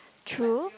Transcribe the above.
true